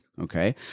okay